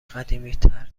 قدیمیتر